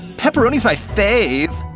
pepperoni's my fave.